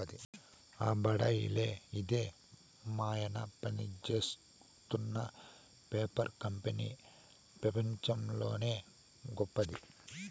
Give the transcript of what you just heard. ఆ బడాయిలే ఇదే మాయన్న పనిజేత్తున్న పేపర్ కంపెనీ పెపంచంలోనే గొప్పది